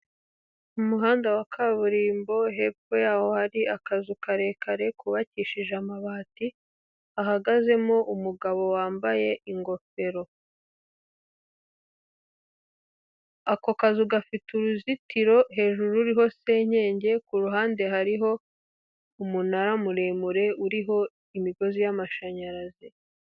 Umuhanda wa kaburimbo, hepfo yawo hari akazu karekare kubakishije amabati, hahagazemo umugabo wambaye ingofero. Ako kazu gafite uruzitiro, hejuru ruriho senyenge, ku ruhande hariho umunara muremure, uriho imigozi y'amashanyarazi.